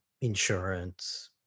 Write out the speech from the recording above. insurance